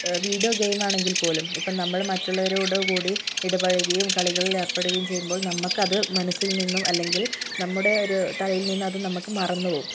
video game ആണെങ്കിൽപ്പോലും ഇപ്പോൾ നമ്മള് മറ്റുള്ളവരുടെ കൂടെ ഇടപഴകിയും കളികളിൽ ഏർപ്പെടുകയും ചെയ്യുമ്പോൾ നമുക്കത് മനസ്സിൽനിന്നും അല്ലെങ്കിൽ നമ്മുടെ ഒരു തലയിൽ നിന്നും അത് നമുക്ക് മറന്ന് പോകും